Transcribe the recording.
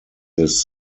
this